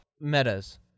metas